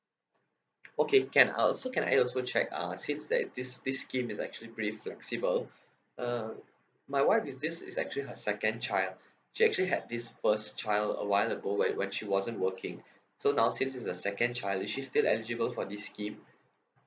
okay can uh also can I also check uh since there is this this scheme is actually pretty flexible uh my wife is this is actually her second child she actually had this first child a while ago when when she wasn't working so now since it's her second child is she still eligible for this scheme